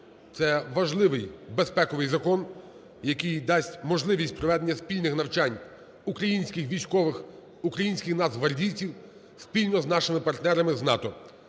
Це важливийбезпековий закон, який дасть можливість проведення спільних навчань українських військових, українських нацгвардійців спільно з нашими партнерами з НАТО.